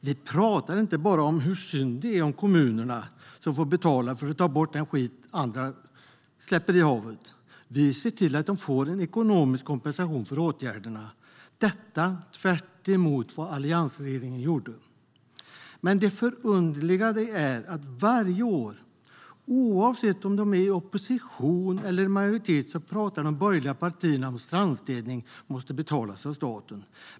Vi pratar inte bara om hur synd det är om kommunerna som får betala för att ta bort den skit som andra släpper i havet. Vi ser till att de får ekonomisk kompensation för åtgärderna. Detta är tvärtemot vad alliansregeringen gjorde. Det förunderliga är att varje år, oavsett om de är i opposition eller majoritet, pratar de borgerliga partierna om att strandstädningen måste betalas av staten.